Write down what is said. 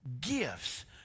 gifts